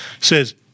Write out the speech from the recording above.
says